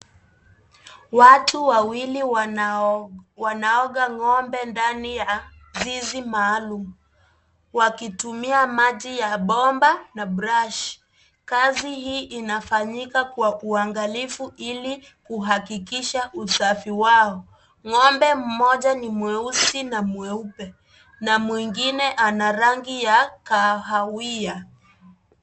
Watu wawili wanao, wanaoga ngombe ndani ya zizi maalum, wakitumia maji ya bomba, na (cs)brush(cs), kazi hii inafanyika kwa uangalifu ili, kuhakikisha usafi wao, ngombe mmoja ni mweusi, na mweupe, na mwingine ana rangi ya, kahawia.